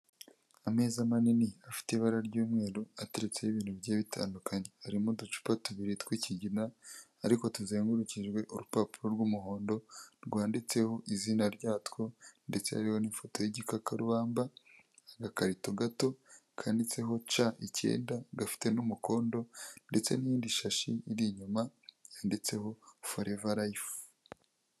Ameza manini afite ibara ry'umweru ateretseho ibintu bigiye bitandukanye, harimo uducupa tubiri tw'ikigina, ariko tuzengurukijwe urupapuro rw'umuhondo rwanditseho izina ryatwo ndetse hariho n'ifoto y'igikakarubamba, agakarito gato kanditseho C9, gafite n'umukondo ndetse n'iyindi shashi iri inyuma yanditseho Forever life.